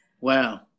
Wow